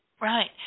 Right